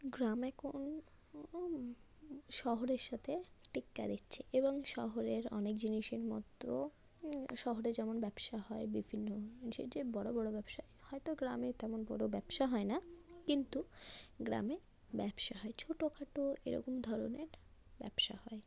গ্রাম এখন শহরের সাথে টেক্কা দিচ্ছে এবং শহরের অনেক জিনিসের মতো শহরে যেমন ব্যবসা হয় বিভিন্ন যে যে বড়ো বড়ো ব্যবসা হয়তো গ্রামে তেমন বড়ো ব্যবসা হয় না কিন্তু গ্রামে ব্যবসা হয় ছোটো খাটো এরকম ধরনের ব্যবসা হয়